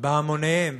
בהמוניהם